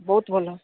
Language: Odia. ବହୁତ ଭଲ